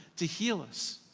to heal us.